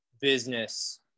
business